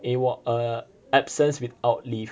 A_W_O_L uh absence without leave